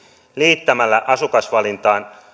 liittämällä asukasvalinnan